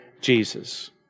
Jesus